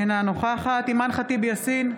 אינה נוכחת אימאן ח'טיב יאסין,